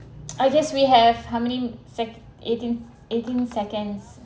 I guess we have how many sec~ eighteen eighteen seconds